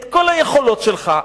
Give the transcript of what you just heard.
את כל היכולות שלך,